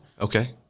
Okay